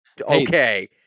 okay